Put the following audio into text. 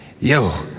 Yo